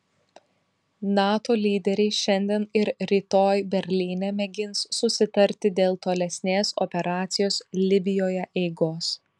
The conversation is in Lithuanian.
nato lyderiai šiandien ir rytoj berlyne mėgins susitarti dėl tolesnės operacijos libijoje eigos